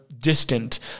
distant